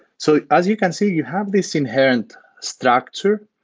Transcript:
so as you can see, you have this inherent structure.